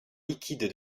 liquide